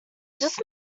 just